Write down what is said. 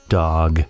dog